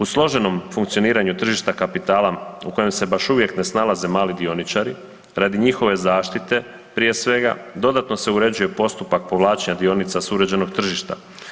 U složenom funkcioniranju tržišta kapitala u kojem se baš uvijek ne snalaze mali dioničari, radi njihove zaštite prije svega dodatno se uređuje postupak povlačenja dionica s uređenog tržišta.